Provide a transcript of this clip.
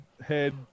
head